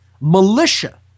Militia